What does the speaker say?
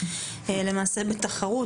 האמריקאית בתחרות,